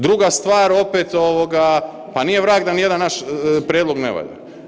Druga stvar opet, pa nije vrag da nijedan naš prijedlog ne valja.